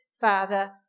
Father